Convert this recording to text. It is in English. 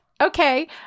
okay